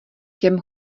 těm